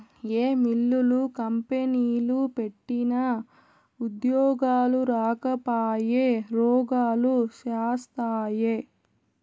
ఏ మిల్లులు, కంపెనీలు పెట్టినా ఉద్యోగాలు రాకపాయె, రోగాలు శాస్తాయే